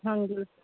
ਹਾਂਜੀ